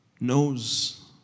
knows